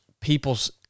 people's